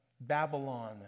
Babylon